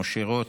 משה רוט,